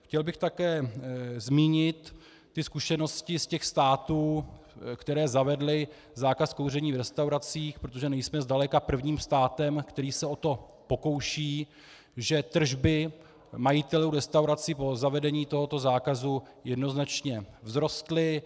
Chtěl bych také zmínit zkušenosti ze států, které zavedly zákaz kouření v restauracích, protože nejsme zdaleka prvním státem, který se o to pokouší, že tržby majitelů restaurací po zavedení tohoto zákazu jednoznačně vzrostly.